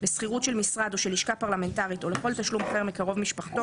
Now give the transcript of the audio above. לשכירות של משרד או של לשכה פרלמנטרית או לכל תשלום אחר מקרוב משפחתו,